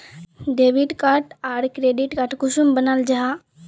Debit आर credit card कुंसम बनाल जाहा?